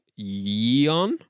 Yeon